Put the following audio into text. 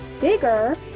bigger